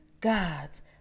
God's